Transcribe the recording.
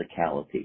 physicality